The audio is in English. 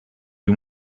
you